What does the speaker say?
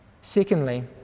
Secondly